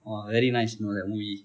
!wah! very nice you know that movie